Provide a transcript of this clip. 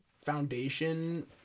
foundation